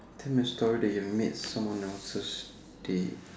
tell me a story that you made somebody else's day